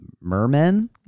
mermen